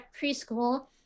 preschool